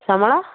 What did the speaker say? ସାମଳା